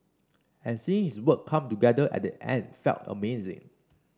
and seeing his work come together at the end felt amazing